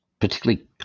particularly